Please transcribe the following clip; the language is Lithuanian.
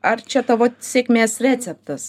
ar čia tavo sėkmės receptas